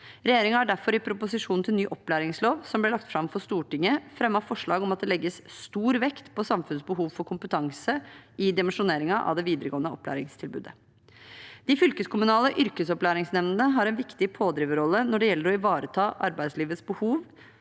Regjeringen har derfor i proposisjonen til ny opplæringslov, som ble lagt fram for Stortinget, fremmet forslag om at det legges stor vekt på samfunnets behov for kompetanse i dimensjoneringen av det videregående opplæringstilbudet. De fylkeskommunale yrkesopplæringsnemndene har en viktig rådgivende rolle når det gjelder å ivareta arbeidslivets behov